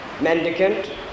mendicant